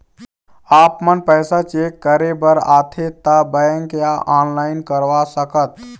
आपमन पैसा चेक करे बार आथे ता बैंक या ऑनलाइन करवा सकत?